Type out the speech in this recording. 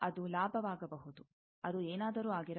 ಅದು ಲಾಭವಾಗಬಹುದು ಅದು ಏನಾದರೂ ಆಗಿರಬಹುದು